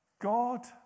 God